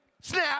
Snap